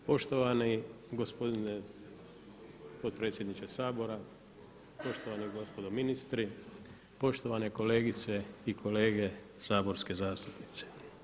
Poštovani gospodine potpredsjedniče Sabora, poštovani gospodo ministri, poštovane kolegice i kolege saborski zastupnici.